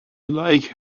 like